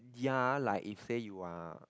ya like if say you are